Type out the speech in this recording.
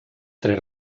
tres